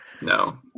no